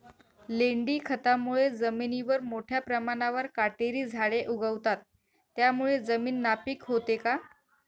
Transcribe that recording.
लेंडी खतामुळे जमिनीवर मोठ्या प्रमाणावर काटेरी झाडे उगवतात, त्यामुळे जमीन नापीक होते का?